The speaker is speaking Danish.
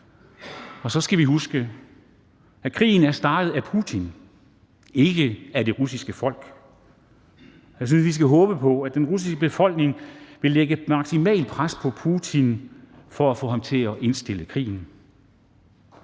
Og så skal vi huske, at krigen er startet af Putin, ikke af det russiske folk. Jeg synes, vi skal håbe på, at den russiske befolkning vil lægge maksimalt pres på Putin for at få ham til at indstille krigen.